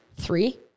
three